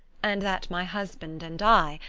and that my husband and i,